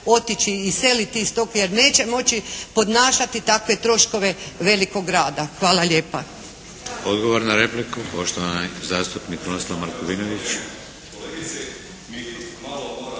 otići i iseliti iz tog jer neće moći podnašati takve troškove velikog grada. Hvala lijepa.